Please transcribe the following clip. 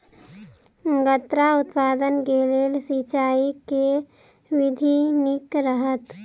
गन्ना उत्पादन केँ लेल सिंचाईक केँ विधि नीक रहत?